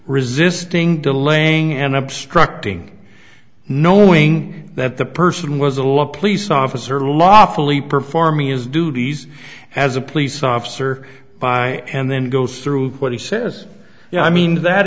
resisting delaying and obstructing knowing that the person was a law police officer lawfully performing his duties as a police officer by and then goes through what he says i mean that